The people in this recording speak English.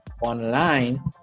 online